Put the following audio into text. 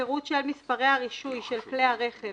פירוט של מספרי הרישוי של כלי הרכב